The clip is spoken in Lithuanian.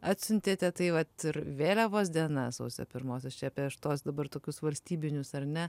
atsiuntėte tai vat ir vėliavos diena sausio pirmosios čia aš apie tuos dabar tokius valstybinius ar ne